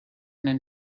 man